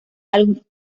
algunos